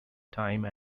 time